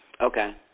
Okay